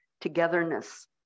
togetherness